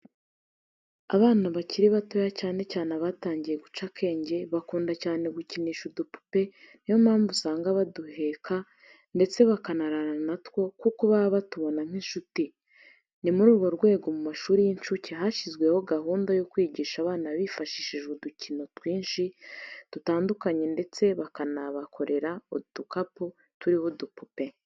Abana bakiri batoya cyane cyane abatangiye guca akenge bakunda cyane gukinisha udupupe ni yo mpamvu usanga baduheka ndetse bakanararana natwo kuko baba batubona nk'inshuti, ni muri urwo rwego mu mashuri y'incuke hashyizwe hagunda yo kwigisha abana bifashishije udukinisho twinshi dutandukanye ndetse bakanabakorera udukapu turiho udupupe.